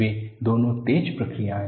वे दोनों तेज प्रक्रियाएं हैं